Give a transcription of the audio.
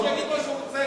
שיגיד מה שהוא רוצה.